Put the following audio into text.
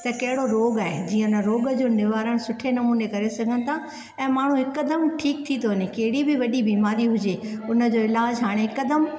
त कहिड़ो रोॻु आहे जीअं त रोॻ जो निवारणु सुठे नमूने करे सघनि था ऐं माण्हू हिकु दम ठीक थी थो वञे कहिड़ी बि वॾी बिमारी हुजे हुन जो इलाज़ हाणे हिकु दम